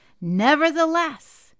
nevertheless